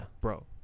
bro